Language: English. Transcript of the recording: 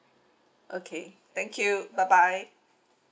okay thank you bye bye